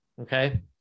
Okay